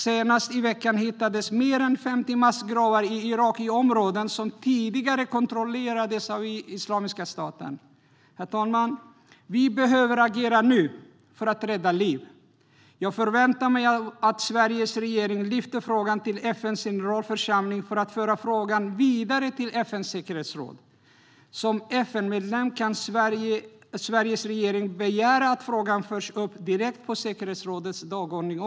Senast i veckan hittades mer än 50 massgravar i Irak i områden som tidigare kontrollerades av Islamiska staten. Herr talman! Vi behöver agera nu för att rädda liv. Jag förväntar mig att Sveriges regering lyfter frågan till FN:s generalförsamling för att frågan ska föras vidare till FN:s säkerhetsråd. Som FN-medlem kan Sveriges regering begära att frågan förs upp direkt på säkerhetsrådets dagordning.